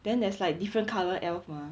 then there's like different colour elf mah